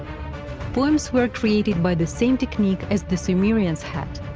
poems were created by the same technique as the sumerians had